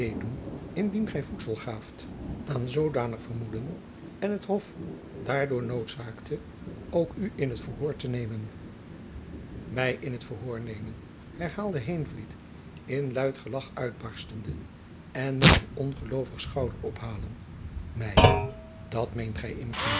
indien gy voedsel gaaft aan zoodanig vermoeden en het hof daardoor noodzaaktet ook u in t verhoor te nemen my in t verhoor nemen herhaalde heenvliet in luid gelach uitbarstende en met een ongeloovig schouderophalen my dat meent gy immers niet